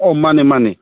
ꯑꯣ ꯃꯥꯅꯦ ꯃꯥꯅꯦ